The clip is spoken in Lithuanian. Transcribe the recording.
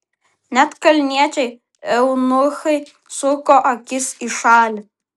net kalniečiai eunuchai suko akis į šalį